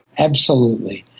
absolutely.